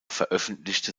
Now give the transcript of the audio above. veröffentlichte